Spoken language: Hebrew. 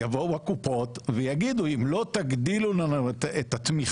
יבואו הקופות ויגידו אם לא תגדילו לנו את התמיכות